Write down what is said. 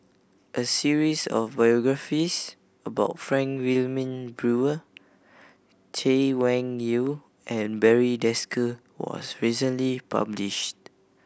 a series of biographies about Frank Wilmin Brewer Chay Weng Yew and Barry Desker was recently published